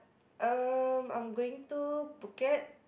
um I'm going to Phuket